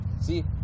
See